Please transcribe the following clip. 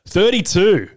Thirty-two